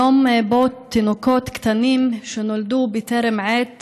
יום שבו תינוקות קטנים שנולדו בטרם עת